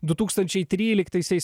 du tūkstančiai tryliktaisiais